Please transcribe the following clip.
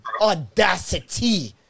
audacity